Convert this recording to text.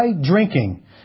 drinking